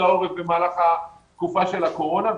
תודה רבה אדוני היושב-ראש על זכות ההורים להשמיע